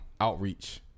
outreach